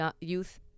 youth